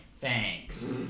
Thanks